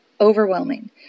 overwhelming